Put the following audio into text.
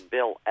Bill